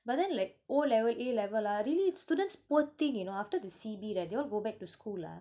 but then like O level A level ah really students poor thing you know after the C_B leh they want go back to school lah